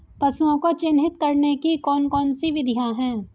पशुओं को चिन्हित करने की कौन कौन सी विधियां हैं?